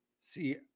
See